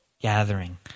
gathering